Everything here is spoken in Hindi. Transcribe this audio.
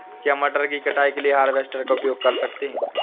क्या मटर की कटाई के लिए हार्वेस्टर का उपयोग कर सकते हैं?